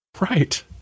Right